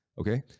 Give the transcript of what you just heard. Okay